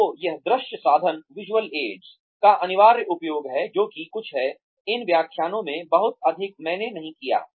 तो यह दृश्य साधन का अनिवार्य उपयोग है जो कि कुछ है इन व्याख्यानों में बहुत अधिक मैंने नहीं किया है